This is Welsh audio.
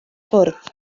ffwrdd